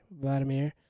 Vladimir